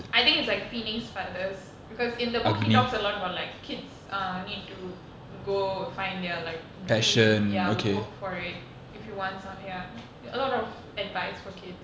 I think it's like phoenix feathers because in the book he talks a lot about like kids err need to do go find their like dream ya work for it if you want some ya like a lot of advice for kids